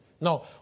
No